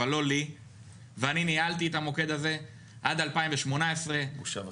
אבל לא לי ואני ניהלתי את המוקד הזה עד 2018. בושה וחרפה.